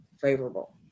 favorable